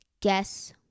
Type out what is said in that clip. guess